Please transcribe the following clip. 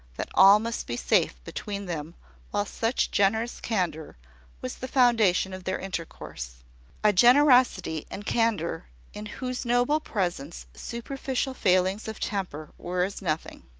that all must be safe between them while such generous candour was the foundation of their intercourse a generosity and candour in whose noble presence superficial failings of temper were as nothing.